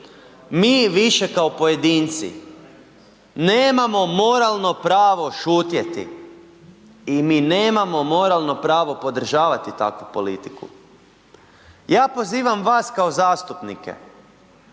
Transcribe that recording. mi više kao pojedinci nemamo moralno pravo šutjeti. I mi nemamo moralno pravo podržavati takvu politiku. Ja pozivam vas kao zastupnike